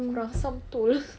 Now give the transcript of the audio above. kurang asam betul